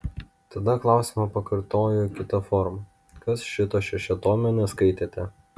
tada klausimą pakartoju kita forma kas šito šešiatomio neskaitėte